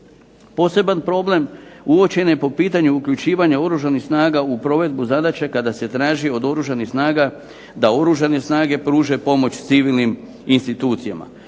Poseban problem uočen je po pitanju uključivanja Oružanih snaga u provedbu zadaća kada se traži od Oružanih snaga da Oružane snage pruže pomoć civilnim institucijama,